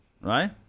Right